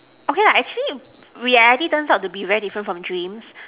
okay lah actually reality turns out to be very different from dreams